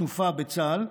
תנופה בצה"ל,